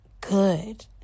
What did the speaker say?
good